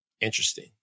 Interesting